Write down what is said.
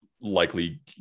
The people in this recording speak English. likely